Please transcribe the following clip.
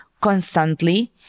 constantly